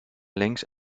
links